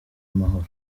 amahoro